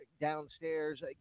downstairs